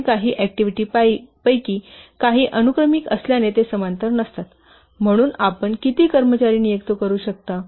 कारण काही ऍक्टिव्हिटीपैकी काही अनुक्रमिक असल्याने ते समांतर नसतात म्हणून आपण किती कर्मचारी नियुक्त करू शकता